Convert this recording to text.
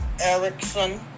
Erickson